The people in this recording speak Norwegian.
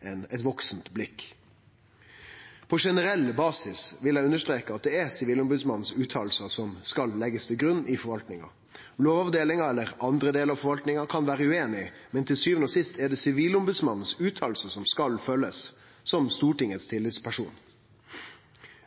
eit vakse blikk. På generell basis vil eg understreke at det er fråsegnene frå Sivilombodsmannen som skal leggjast til grunn i forvaltninga. Lovavdelinga eller andre delar av forvaltninga kan vere ueinige, men til sjuande og sist er det fråsegnene frå Sivilombodsmannen, Stortingets tillitsperson, som skal følgjast.